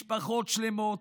משפחות שלמות,